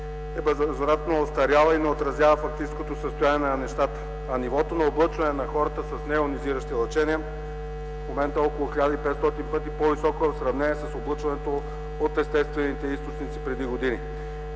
е безвъзвратно остаряла и не отразява фактическото състояние на нещата, а нивото на облъчване на хората с нейонизиращи лъчения в момента е около 1500 пъти по-високо в сравнение с облъчването от естествените източници преди години.